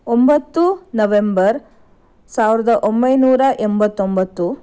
ಒಂಬತ್ತು ನವೆಂಬರ್ ಸಾವಿರದ ಒಂಬೈನೂರ ಎಂಬತ್ತೊಂಬತ್ತು